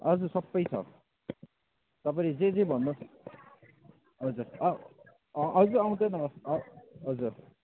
हजुर सबै छ तपाईँले जे जे भन्नुहोस् हजुर हजुर आउँदैन हजुर